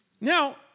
Now